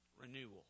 renewal